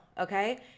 okay